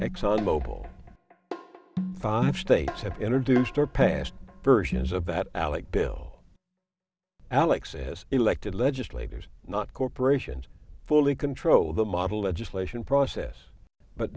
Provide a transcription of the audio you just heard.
exxon mobil five states have energy to store past versions of that alec bill alex is elected legislators not corporations fully control the model legislation process but